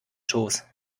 schoß